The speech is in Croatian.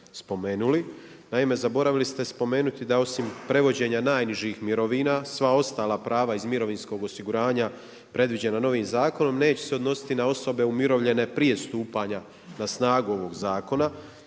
spomenuli. Naime, zaboravili ste spomenuti, da osim predviđanja najnižih mirovina, sva ostala prava iz mirovinskog osiguranja, predviđeno novim zakona, neće se odnositi na osobe umirovljene prije stupanja na snagu ovog zakona.